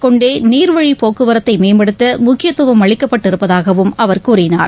கொண்டேநீர்வழிப் போக்குவரத்தைமேம்படுத்தமுக்கியத்துவம் இதனைகருத்தில் அளிக்கப்பட்டு இருப்பதாகவும் அவர் கூறினார்